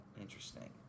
Interesting